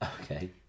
okay